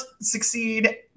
succeed